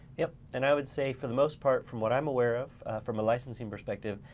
yep, and i would say for the most part from what i'm aware of, from a licensing perspective,